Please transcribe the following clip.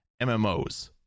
mmos